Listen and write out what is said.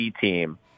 team